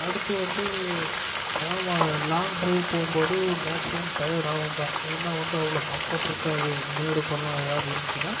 அடுத்து வந்து ஆமா லாங்க் டிரைவ் போவும்போது மேக்சிமம் டயர்ட் ஆவும் தான் ஏன்னா வந்து அவ்வளோ கம்ஃபர்ட் இருக்காது மேடு பள்ளம் எதாவது இருந்துச்சினா